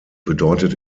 bedeutet